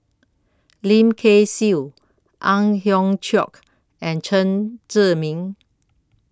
Lim Kay Siu Ang Hiong Chiok and Chen Zhiming